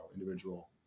individual